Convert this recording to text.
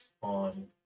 on